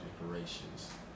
decorations